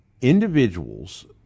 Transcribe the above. Individuals